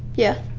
yeah.